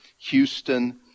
Houston